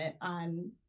on